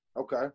Okay